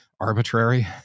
arbitrary